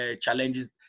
challenges